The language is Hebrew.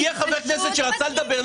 הגיע חבר כנסת שרצה לדבר,